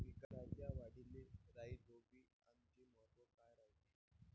पिकाच्या वाढीले राईझोबीआमचे महत्व काय रायते?